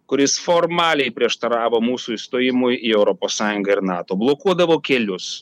kuris formaliai prieštaravo mūsų įstojimui į europos sąjungą ir nato blokuodavo kelius